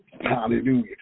Hallelujah